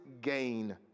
gain